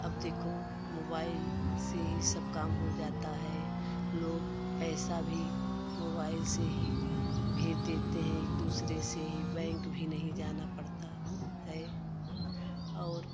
अब देखो मोबाइल से ही सब काम हो जाता है लोग पैसा भी मोबाइल से ही भेज देते हैं एक दूसरे से ही बैंक भी नहीं जाना पड़ता है और